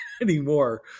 anymore